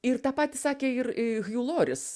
ir tą patį sakė ir hjū loris